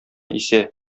исә